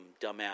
dumbass